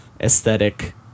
aesthetic